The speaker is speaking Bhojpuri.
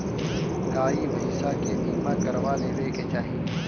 गाई भईसा के बीमा करवा लेवे के चाही